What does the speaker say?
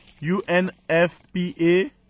UNFPA